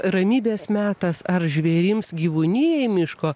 ramybės metas ar žvėrims gyvūnijai miško